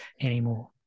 anymore